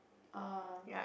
oh